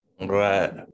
Right